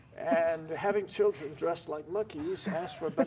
and having children dressed like monkeys ask for but